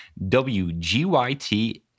WGYT